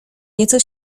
nieco